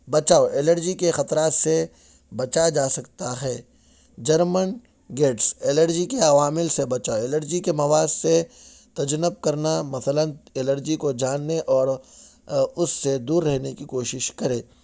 بچاؤ الرجی کے خطرات سے بچا جا سکتا ہے جرمن گیٹس الرجی کے عوامل سے بچاؤ الرجی کے مواد سے تجنب کرنا مثلاََ الرجی کو جاننے اور اس سے دور رہنے کی کوشش کرے